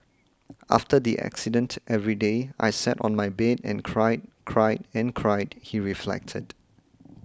after the accident every day I sat on my bed and cried cried and cried he reflected